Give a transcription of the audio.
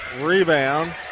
Rebound